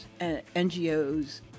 NGOs